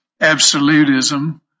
absolutism